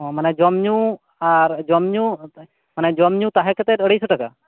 ᱦᱚᱸ ᱢᱟᱱᱮ ᱡᱚᱢ ᱧᱩ ᱟᱨ ᱡᱚᱢ ᱧᱩ ᱢᱟᱱᱮ ᱡᱚᱢ ᱧᱩ ᱛᱟᱦᱮᱸ ᱠᱟᱛᱮ ᱟᱲᱟᱹᱭ ᱥᱚ ᱴᱟᱠᱟ